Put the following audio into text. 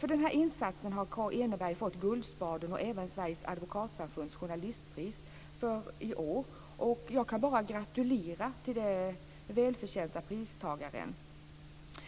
För den här insatsen har Kaa Eneberg fått Guldspaden och även Sveriges Advokatsamfunds journalistpris för i år. Jag kan bara gratulera Kaa Eneberg till det välförtjänta priset.